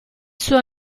suo